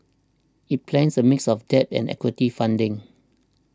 it plans a mix of debt and equity funding